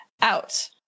out